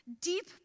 deep